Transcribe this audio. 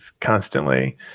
constantly